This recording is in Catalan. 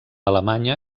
alemanya